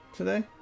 today